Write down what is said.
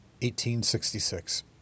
1866